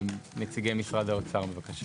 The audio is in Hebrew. נציגי משרד האוצר, בבקשה,